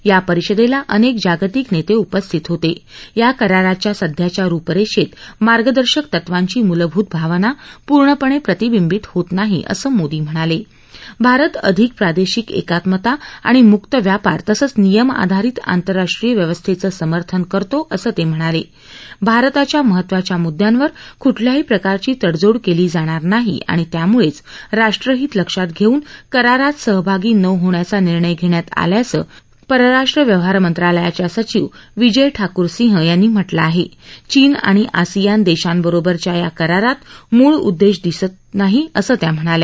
या परिषदब्ना अनक्क जागतिक उपस्थित होत या कराराच्या सध्याच्या रुपरब्धत मार्गदर्शक तत्वांची मुलभूत भावना पूर्णपण प्रतिबिंबीत होत नाही असं मोदी म्हणाल भारत अधिक प्रादशिक एकात्मता आणि मुक्त व्यापार तसंच नियम आधारित आंतरराष्ट्रीय व्यवस्थव समर्थन करतो असं त म्हणाल भारताच्या महत्वाच्या मुद्यांवर कृठल्याही प्रकारची तडजोड क्ली जाणार नाही आणि त्यामुळब्र राष्ट्रहित लक्षात घरुन करारात सहभागी न होण्याचा निर्णय घप्टयात आल्याचं परराष्ट्र व्यवहार मंत्रालयाच्या सचिव विजय ठाकूर सिंह यांनी म्हटलं आह चीन आणि आसियान दक्षांबरोबरच्या या करारात मूळ उद्दक्ष दिसून यत्त नाही असं त्या म्हणाल्या